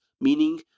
meaning